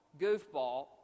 goofball